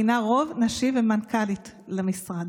ומינה רוב נשי ומנכ"לית למשרד.